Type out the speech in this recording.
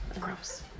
Gross